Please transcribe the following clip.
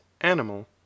animal